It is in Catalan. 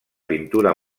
pintura